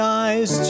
eyes